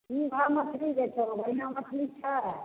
की भाव मछली दै छहो बढ़िआँ मछली छै